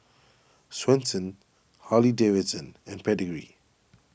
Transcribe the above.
Swensens Harley Davidson and Pedigree